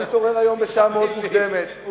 הוא התעורר היום בשעה מאוד מוקדמת.